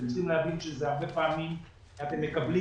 אתם צריכים להבין שהרבה פעמים אתם מקבלים